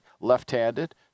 left-handed